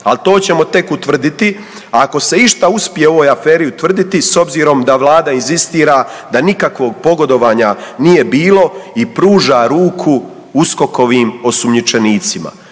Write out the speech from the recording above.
Al to ćemo tek utvrditi, a ako se išta uspije u ovoj aferi utvrditi s obzirom da vlada inzistira da nikakvog pogodovanja nije bilo i pruža ruku USKOK-ovim osumnjičenicima.